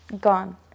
gone